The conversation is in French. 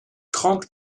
trente